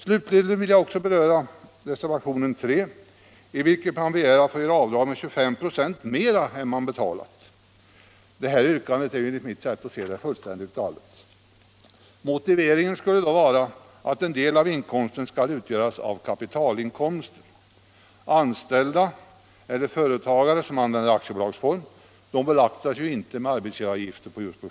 Slutligen vill jag något beröra reservationen 3, i vilken begärs att avdrag skall få göras med 25 ?6 mer än vad som har betalats. Det yrkandet är enligt mitt sätt att se fullständigt galet. Motiveringen skulle vara att en motsvarande del av inkomsten utgörs av kapitalinkomster, som för anställda eller för företagare som använder aktiebolagsformen inte belastas med arbetsgivaravgifter.